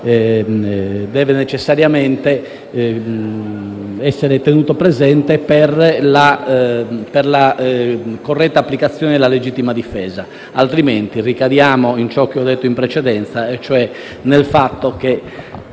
deve necessariamente essere tenuto presente per la corretta applicazione della legittima difesa. Altrimenti ricadiamo in ciò che ho detto in precedenza, e cioè nel fatto che